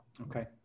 okay